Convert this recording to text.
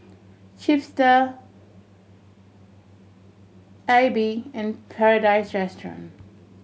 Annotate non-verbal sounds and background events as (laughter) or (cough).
Chipster Aibi and Paradise (unintelligible)